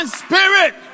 spirit